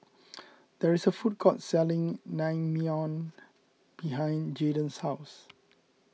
there is a food court selling Naengmyeon behind Jaden's house